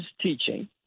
teaching